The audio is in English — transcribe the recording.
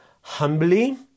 humbly